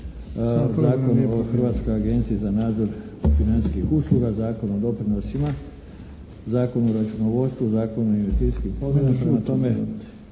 Zakon o Hrvatskoj agenciji za nadzor financijskih usluga, Zakon o doprinosima, Zakon o računovodstvu, Zakon o investicijskim fondovima.